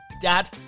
dad